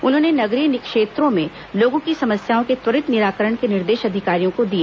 उन्होंने नगरीय क्षेत्रों में लोगों की समस्याओं के त्वरित निराकरण के निर्देश अधिकारियों को दिए